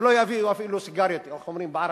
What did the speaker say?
ולא יביאו אפילו סיגריות, איך אומרים בערבית: